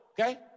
okay